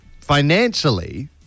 financially